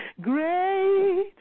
Great